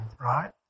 right